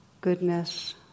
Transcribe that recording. goodness